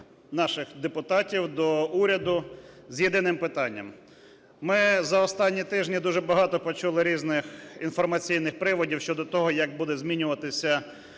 наших депутатів, до уряду з єдиним питанням. Ми за останні тижні дуже багато почули різних інформаційних приводів щодо того, як буде змінюватися